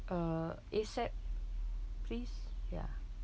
uh ASAP please ya